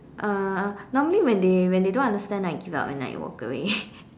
uh normally when they when they don't understand I give up and like walk away